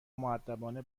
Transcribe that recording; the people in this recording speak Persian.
مودبانه